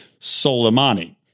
Soleimani